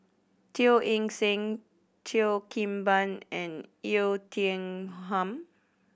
Teo Eng Seng Cheo Kim Ban and Oei Ting Ham